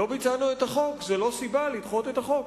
"לא ביצענו את החוק" זה לא סיבה לדחות את החוק.